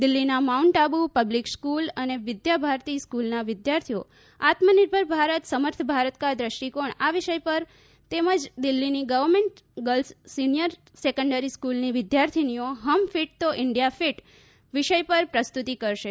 દિલ્ઠીના mount Abu public school અને વિદ્યા ભારતી સ્કુલના વિદ્યાર્થીઓ આત્મનિર્ભર ભારત સમર્થ ભારત કા દ્રષ્ટિકોણ આ વિષય પર તેમજ દિલ્ફીની ગર્વમેન્ટ ગર્લ્સ સિનિયર સેંકન્ડરી સ્કુલની વિદ્યાર્થીનીઓ હમ ફીટ તો ઈન્ડિયા ફીટ વિષય પર પ્રસ્તુતી કરશે